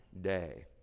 day